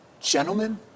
gentlemen